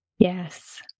yes